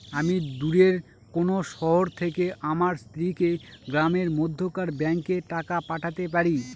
আমি দূরের কোনো শহর থেকে আমার স্ত্রীকে গ্রামের মধ্যেকার ব্যাংকে টাকা পাঠাতে পারি?